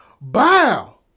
bow